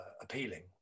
appealing